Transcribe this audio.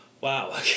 Wow